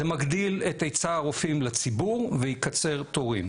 זה מגדיל את היצע הרופאים לציבור ויקצר תורים.